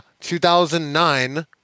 2009